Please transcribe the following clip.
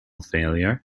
failure